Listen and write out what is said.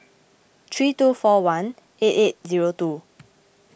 three two four one eight eight zero two